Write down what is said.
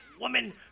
woman